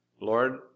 Lord